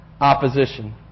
opposition